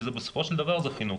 כי בסופו של דבר זה חינוך.